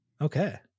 okay